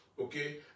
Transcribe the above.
Okay